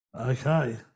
Okay